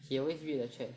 he always read the chat